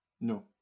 No